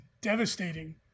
devastating